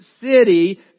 city